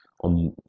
on